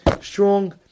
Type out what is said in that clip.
strong